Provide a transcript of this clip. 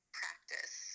practice